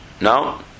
No